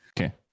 Okay